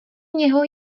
něho